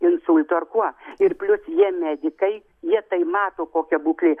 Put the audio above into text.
insultu ar kuo ir plius jie medikai jie tai mato kokia būklė